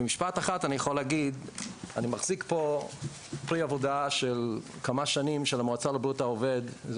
אני מחזיק פה פרי עבודה של כמה שנים של המועצה לבריאות העובד.